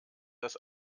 dass